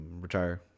retire